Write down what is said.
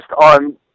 on